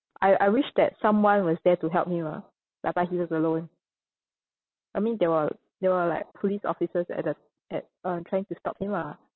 I I wish that someone was there to help him ah but but he was alone I mean there were there were like police officers at the at uh trying to stop him ah